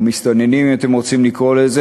או מסתננים, אם אתם רוצים כך לקרוא להם,